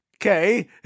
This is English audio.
okay